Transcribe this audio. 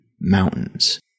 mountains